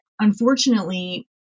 unfortunately